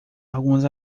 alguns